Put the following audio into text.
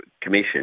Commission